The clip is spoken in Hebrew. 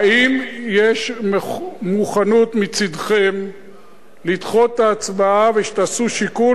האם יש מוכנות מצדכם לדחות את ההצבעה ותעשו שיקול,